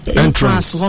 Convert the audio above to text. entrance